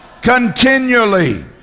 continually